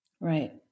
Right